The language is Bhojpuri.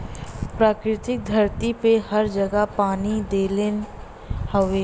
प्रकृति धरती पे हर जगह पानी देले हउवे